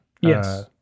yes